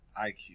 IQ